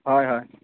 হয় হয়